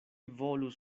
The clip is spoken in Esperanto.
volus